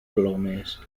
plomes